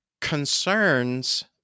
concerns